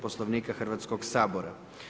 Poslovnika Hrvatskog sabora.